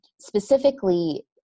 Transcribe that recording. Specifically